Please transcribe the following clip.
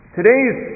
Today's